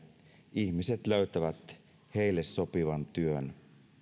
ihmiset löytävät heille sopivan työn